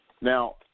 Now